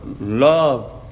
love